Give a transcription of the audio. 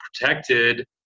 protected